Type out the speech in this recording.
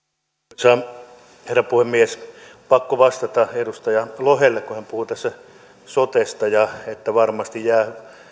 arvoisa herra puhemies pakko vastata edustaja lohelle kun hän puhui tässä sotesta ja että varmasti jää